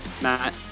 Matt